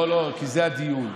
זה הדיון.